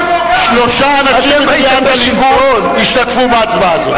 שלושה אנשים מסיעת הליכוד השתתפו בהצבעה הזאת.